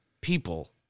people